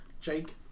Jake